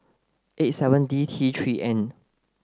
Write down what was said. eight seven D T three N